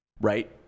right